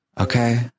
Okay